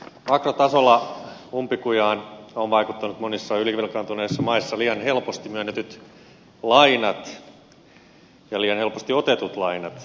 makrotasolla umpikujaan ovat vaikuttaneet monissa ylivelkaantuneissa maissa liian helposti myönnetyt ja liian helposti otetut lainat